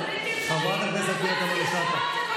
חברת הכנסת פנינה תמנו שטה.